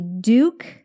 Duke